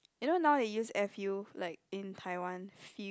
you know now they use air fuel like in Taiwan feel